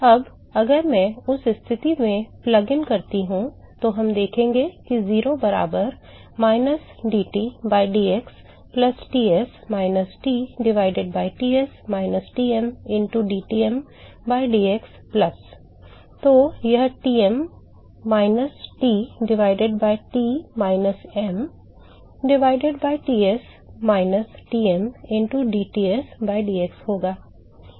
अब अगर मैं उस स्थिति में प्लग इन करता हूं तो हम देखेंगे कि 0 बराबर minus dT by dx plus Ts minus T divided by Ts minus Tm into dTm by dx plus तो यह Tm minus T divided by T minus m divided by Ts minus Tm into dTs by dx होगा